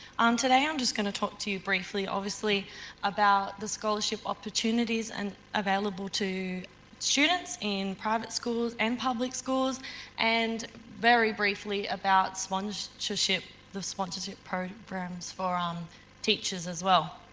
um today, i'm just going to talk to you briefly obviously about the scholarship opportunities and available to students in private schools and public schools and very briefly about sponsorship, the sponsorship programs for um teachers as well.